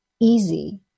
easy